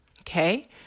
okay